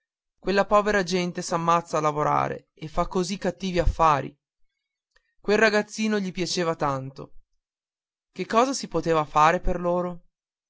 quella povera gente s'ammazza a lavorare e fa così cattivi affari quel ragazzino gli piaceva tanto che cosa si poteva fare per loro